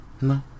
No